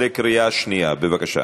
בבקשה.